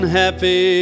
happy